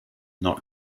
not